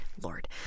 Lord